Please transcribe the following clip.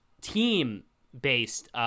team-based